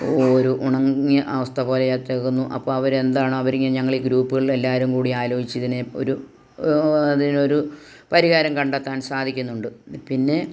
ഒരു ഉണങ്ങിയ അവസ്ഥ പോലെ അപ്പോൾ അവരെന്താണ് അവരി ഞങ്ങൾ ഈ ഗ്രൂപ്പുകളിൽ എല്ലാവരും കൂടെ ആലോചിച്ച് ഇതിനെ ഒരു അതിനൊരു പരിഹാരം കണ്ടെത്താൻ സാധിക്കുന്നുണ്ട് പിന്നെ